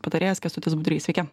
patarėjas kęstutis budrys sveiki